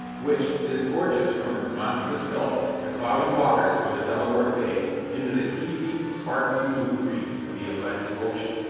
which disgorges from its monstrous gullet the cloudy waters of the delaware bay into the heaving, sparkling blue-green of the atlantic ocean.